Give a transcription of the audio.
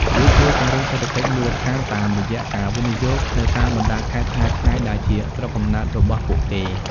វាជួយពង្រឹង "សេដ្ឋកិច្ចមូលដ្ឋាន" តាមរយៈការវិនិយោគនៅតាមបណ្ដាខេត្តឆ្ងាយៗដែលជាស្រុកកំណើតរបស់ពួកគេ។